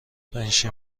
بشین